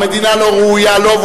המדינה לא ראויה לו,